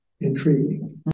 intriguing